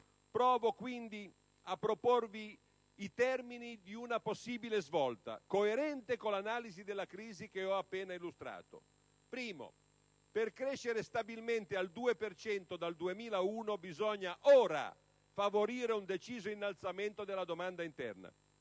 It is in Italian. Provo quindi a proporvi i termini di una possibile svolta, coerente con l'analisi della crisi che ho appena illustrato. Primo: per crescere stabilmente al 2 per cento dal 2011 bisogna, ora, favorire un deciso innalzamento della domanda interna.